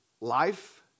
life